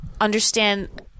understand